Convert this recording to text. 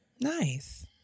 Nice